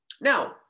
Now